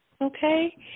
Okay